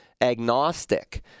agnostic